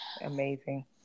amazing